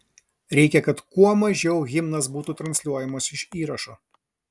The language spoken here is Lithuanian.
reikia kad kuo mažiau himnas būtų transliuojamas iš įrašo